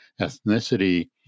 ethnicity